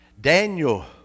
Daniel